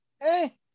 hey